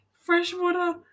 Freshwater